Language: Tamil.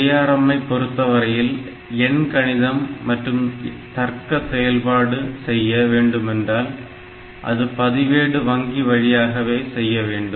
ARM ஐ பொருத்தவரையில் எண்கணிதம் மற்றும் தர்க்க செயல்பாடு செய்ய வேண்டுமென்றால் அது பதிவேடு வங்கி வழியாகவே செய்யவேண்டும்